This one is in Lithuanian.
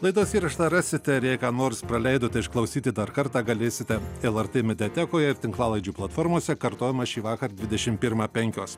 laidos įrašą rasite ir jei ką nors praleidote išklausyti dar kartą galėsite lrt mediatekoje tinklalaidžių platformose kartojama šįvakar dvidešimt pirmą penkios